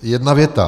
Jedna věta.